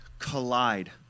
collide